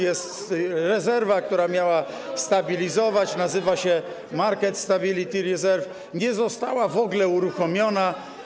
Jest rezerwa, która miała to stabilizować, czyli market stability reserve, nie została w ogóle uruchomiona.